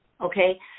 okay